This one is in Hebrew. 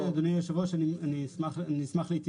אדוני יושב הראש אני אשמח להתייחס.